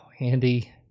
Andy